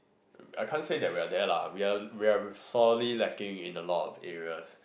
I can't say that we are there lah we are we are solely lacking in a lot of areas